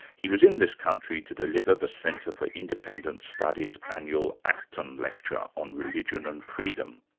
he was in this country to deliver the centre for independent studies' annual acton lecture on religion and freedom.